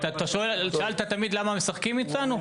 שאלת תמיד למה משחקים איתנו?